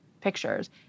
Pictures